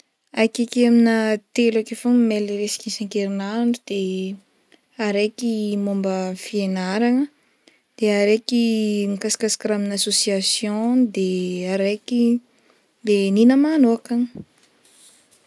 Akeke amina telo akeo fogna mail raisiko isan-kerinandro, araiky momba fiagnarana, de araiky mikasikasiky raha amina association de araiky ny- negna manokana.